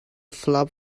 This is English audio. flop